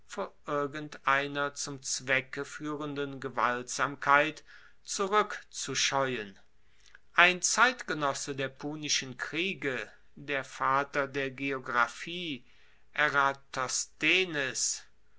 irgendeiner zum zwecke fuehrenden gewaltsamkeit zurueckzuscheuen ein zeitgenosse der punischen kriege der vater der geographie